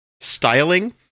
styling